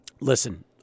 Listen